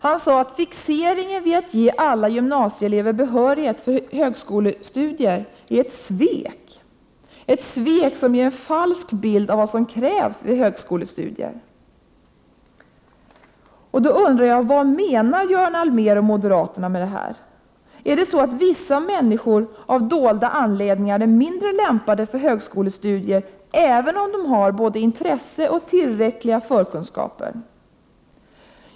Han sade att fixeringen vid att ge alla gymnasieelever behörighet för högskolestudier är ett svek, ett svek som ger en falsk bild av vad som krävs vid högskolestudier. Jag undrar: Vad Prot. 1988/89:120 menar Göran Allmér och moderaterna med detta? Är det så att vissa 24 maj 1989 människor, av dolda anledningar, är mindre lämpade för högskolestudier, även om de har både intresse och tillräckliga förkunskaper?